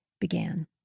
began